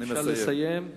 אם אפשר, לסיים.